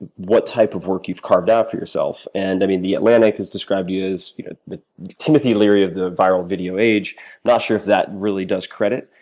what type of work you've carved out for yourself. and i mean, the atlantic has described you as you know the timothy leary of the viral video age. i'm not sure if that really does credit,